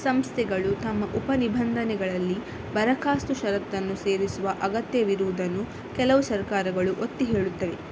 ಸಂಸ್ಥೆಗಳು ತಮ್ಮ ಉಪ ನಿಬಂಧನೆಗಳಲ್ಲಿ ಬರಕಾಸ್ತು ಷರತ್ತನ್ನು ಸೇರಿಸುವ ಅಗತ್ಯವಿರುವುದನ್ನು ಕೆಲವು ಸರ್ಕಾರಗಳು ಒತ್ತಿ ಹೇಳುತ್ತವೆ